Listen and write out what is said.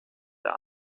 der